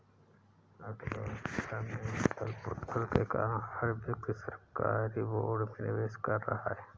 अर्थव्यवस्था में उथल पुथल के कारण हर व्यक्ति सरकारी बोर्ड में निवेश कर रहा है